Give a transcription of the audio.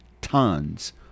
tons